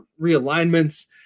realignments